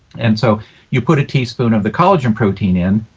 and so you put a teaspoon of the collagen protein in,